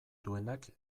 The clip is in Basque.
duenak